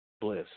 bliss